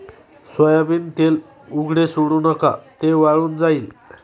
soybean तेल उघडे सोडू नका, ते वाळून जाईल